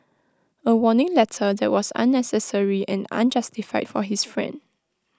A warning letter that was unnecessary and unjustified for his friend